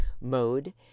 mode